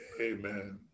Amen